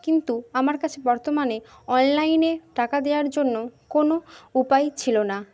কিন্তু আমার কাছে বর্তমানে অনলাইনে টাকা দেওয়ার জন্য কোনো উপায় ছিল না